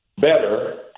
better